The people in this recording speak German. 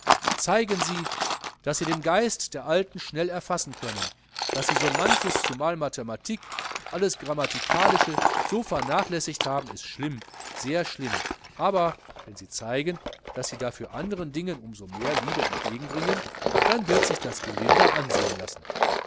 zeigen sie daß sie den geist der alten schnell erfassen können daß sie so manches zumal mathematik und alles grammatikalische so vernachlässigt haben ist schlimm sehr schlimm aber wenn sie zeigen daß sie dafür anderen dingen um so mehr liebe entgegenbringen dann wird sich das gelinder ansehen lassen